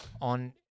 on